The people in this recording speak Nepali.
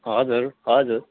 हजुर हजुर